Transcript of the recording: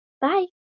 Bye